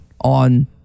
on